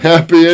Happy